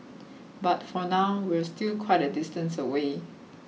but for now we're still quite a distance away